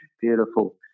Beautiful